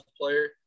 player